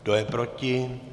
Kdo je proti?